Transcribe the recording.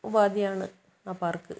ഉപാധിയാണ് ആ പാർക്ക്